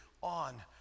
on